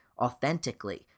authentically